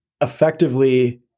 effectively